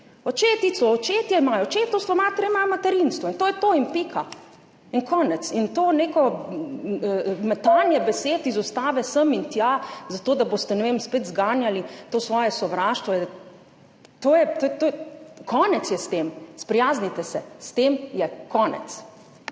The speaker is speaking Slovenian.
Očeti so očetje imajo očetovstvo, matere imajo materinstvo in to je to in pika in konec. In to neko metanje besed iz Ustave sem in tja zato, da boste, ne vem, spet zganjali to svoje sovraštvo je, to je konec s tem, sprijaznite se. S tem je konec.